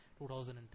2010